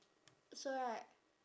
so right